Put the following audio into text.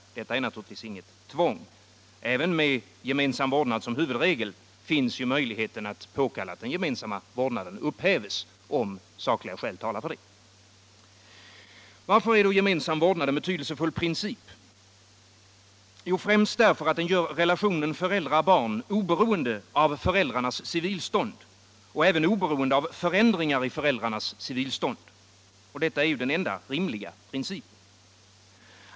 Detta är naturligtvis inget tvång. Även med gemensam vårdnad som huvudregel finns ju möjligheten att påkalla att den gemensamma vårdnaden upphävs, om sakliga skäl talar för det. Varför är då gemensam vårdnad en betydelsefull princip? Främst därför att den gör relationen föräldrar-barn oberoende av föräldrarnas civilstånd och även oberoende av förändringar i föräldrarnas civilstånd. Detta är den enda rimliga principen.